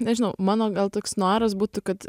nežinau mano gal toks noras būtų kad